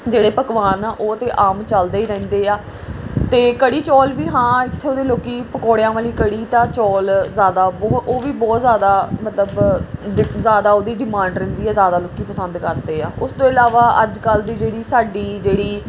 ਜਿਹੜੇ ਪਕਵਾਨ ਆ ਉਹ ਤਾਂ ਆਮ ਚੱਲਦੇ ਹੀ ਰਹਿੰਦੇ ਆ ਅਤੇ ਕੜੀ ਚੌਲ ਵੀ ਹਾਂ ਇੱਥੋਂ ਦੇ ਲੋਕ ਪਕੌੜਿਆਂ ਵਾਲੀ ਕੜੀ ਤਾਂ ਚੌਲ ਜ਼ਿਆਦਾ ਬਹੁ ਉਹ ਵੀ ਬਹੁਤ ਜ਼ਿਆਦਾ ਮਤਲਬ ਜ਼ਿਆਦਾ ਉਹਦੀ ਡਿਮਾਂਡ ਰਹਿੰਦੀ ਆ ਜ਼ਿਆਦਾ ਲੋਕ ਪਸੰਦ ਕਰਦੇ ਆ ਉਸਤੋਂ ਇਲਾਵਾ ਅੱਜ ਕੱਲ੍ਹ ਦੀ ਜਿਹੜੀ ਸਾਡੀ ਜਿਹੜੀ